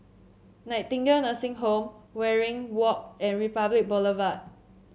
Nightingale Nursing Home Waringin Walk and Republic Boulevard